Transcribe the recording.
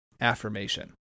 affirmation